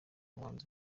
muhanzi